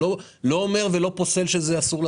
אני לא אומר שזה לא נכון,